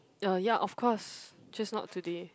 oh ya of course just not today